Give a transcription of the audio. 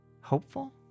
Hopeful